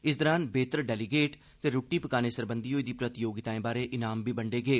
इस दौरान बेहतर डेलीगेट ते रुट्टी पकाने सरबंधी होई दी प्रतियोगिताएं बारै इनाम बी बंडे गे